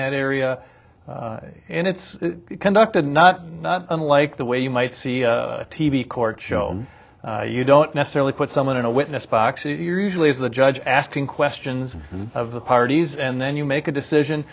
that area and it's conducted not unlike the way you might see a t v court show you don't necessarily put someone in a witness box it usually is the judge asking questions of the parties and then you make a decision